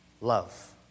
love